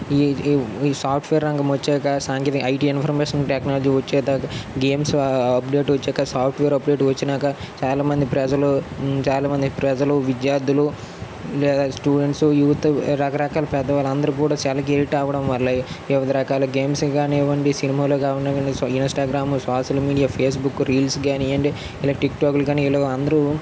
ఈ ఈ ఈ సాఫ్ట్వేర్ రంగం వచ్చాక సాంకేతిక IT information technology games update వచ్చాక సాఫ్ట్వేర్ అప్డేట్ వచ్చినాక చాలామంది ప్రజలు చాలామంది ప్రజలు విద్యార్థులు లేదా స్టూడెంట్స్ యూత్ రకరకాల పెద్దవాళ్ళు అందరూ కూడా సెల్లుకి ఎడిక్ట్ అవ్వడం వల్లే వివిధ రకాల గేమ్స్ కానివ్వండి సినిమాలు కానివ్వండి Instagram social media facebook reels కానివ్వండి ఇలా టిక్టాక్లు కానీ ఇలా అందరూ